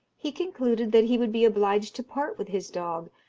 he concluded that he would be obliged to part with his dog,